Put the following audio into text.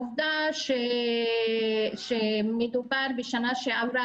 לעומת השנה שעברה,